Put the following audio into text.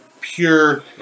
pure